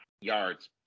yards